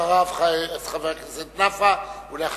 חבר הכנסת אופיר אקוניס,